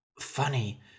Funny